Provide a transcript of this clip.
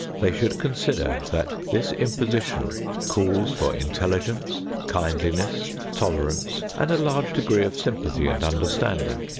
they should consider that this imposition calls for intelligence, kindliness, tolerance and a large degree of sympathy and understanding.